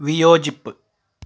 വിയോജിപ്പ്